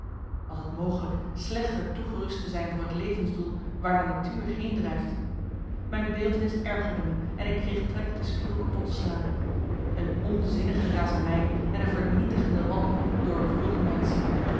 was t mogelijk slechter toegerust te zijn voor het levensdoel waar de natuur heendrijft mijn beeltenis ergerde me en ik kreeg trek de spiegel kapot te slaan een onzinnige razernij en een vernietigende wanhoop doorwoelden mijn ziel